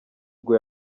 bwo